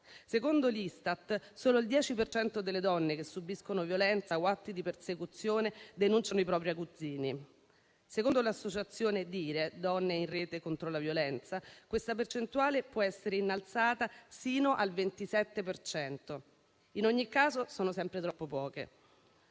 Secondo l'Istat solo il 10 per cento delle donne che subiscono violenza o atti di persecuzione denunciano i propri aguzzini. Secondo l'associazione Donne in rete contro la violenza (Dire) questa percentuale può essere innalzata sino al 27 per cento. In ogni caso, sono sempre troppo poche.